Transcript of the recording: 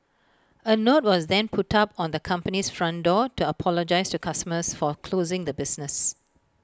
A note was then put up on the company's front door to apologise to customers for closing the business